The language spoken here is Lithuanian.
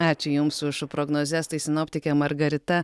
ačiū jums už prognozes tai sinoptikė margarita